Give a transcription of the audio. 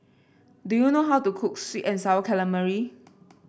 do you know how to cook sweet and sour calamari